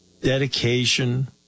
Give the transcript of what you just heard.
dedication